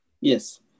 Yes